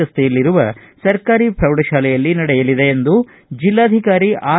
ರಸ್ತೆಯಲ್ಲಿರುವ ಸರ್ಕಾರಿ ಪ್ರೌಢಶಾಲೆಯಲ್ಲಿ ನಡೆಯಲಿದೆ ಎಂದು ಜಿಲ್ಲಾಧಿಕಾರಿ ಆರ್